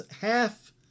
half